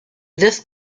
this